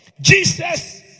Jesus